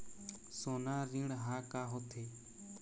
सोना ऋण हा का होते?